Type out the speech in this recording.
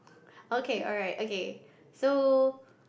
okay alright okay so